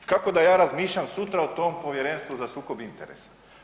Kako da ja razmišljam sutra o tom Povjerenstvu za sukob interesa?